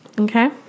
Okay